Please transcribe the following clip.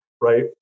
right